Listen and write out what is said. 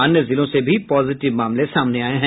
अन्य जिलों से भी पॉजिटिव मामले सामने आये हैं